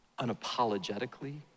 unapologetically